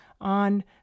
on